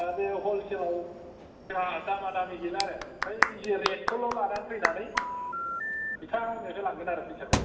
दा बे हलसेल आव जोंहा दामा दामि गैला आरो बै जि रेट खौल' लानानै फैनानै बिथाङा आंनो होलांगोन आरो फैसाखौ